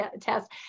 test